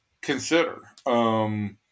consider